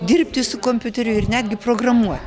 dirbti su kompiuteriu ir netgi programuoti